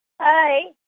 Hi